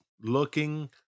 looking